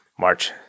March